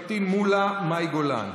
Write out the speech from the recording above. פטין מולא ומאי גולן,